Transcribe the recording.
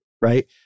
right